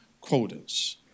quotas